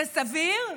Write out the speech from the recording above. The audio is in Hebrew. זה סביר?